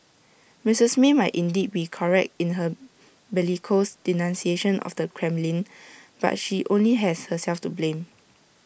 Mistress may might indeed be correct in her bellicose denunciation of the Kremlin but she only has herself to blame